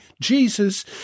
Jesus